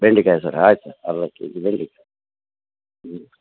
ಬೆಂಡೆಕಾಯಿ ಸರ ಆಯ್ತು ಸರ್ ಅರ್ಧ ಕೆಜಿ ಬೆಂಡೆಕಾಯಿ ಹ್ಞೂ